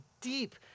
deep